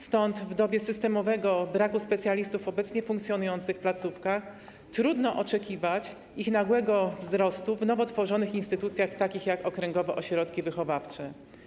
Stąd w dobie systemowego braku specjalistów w obecnie funkcjonujących placówkach trudno oczekiwać nagłego wzrostu ich liczby w nowo tworzonych instytucjach, takich jak okręgowe ośrodki wychowawcze.